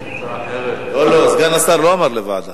הצעה אחרת, לא, לא, סגן השר לא אמר לוועדה.